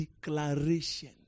declaration